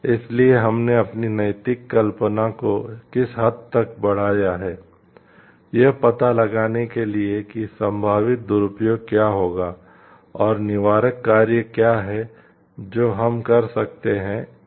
इसलिए हमने अपनी नैतिक कल्पना को किस हद तक बढ़ाया है यह पता लगाने के लिए कि संभावित दुरुपयोग क्या होगा और निवारक कार्य क्या हैं जो हम कर सकते हैं